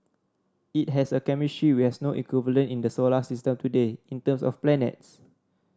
it has a chemistry we has no equivalent in the solar system today in terms of planets